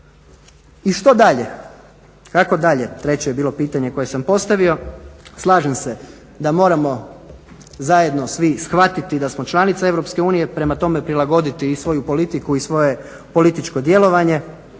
I što dalje, kako dalje treće je bilo pitanje koje sam postavio. Slažem se da moramo zajedno svi shvatiti da smo članica EU, prema tome prilagoditi i svoju politiku i svoje političko djelovanje,